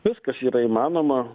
viskas yra įmanoma